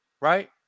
Right